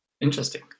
Interesting